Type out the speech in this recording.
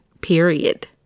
period